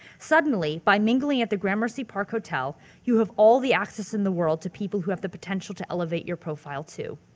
suddenly, by mingling at the gramercy park hotel you have all the access in the world to people who have the potential to elevate your profile too.